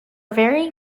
very